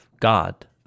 God